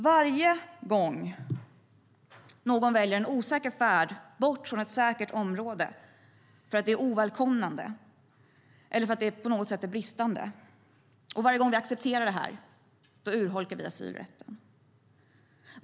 Varje gång någon väljer en osäker färd bort från ett säkert område därför att det upplevs som ovälkomnande eller på något sätt bristande och varje gång som vi accepterar det, då urholkar vi asylrätten.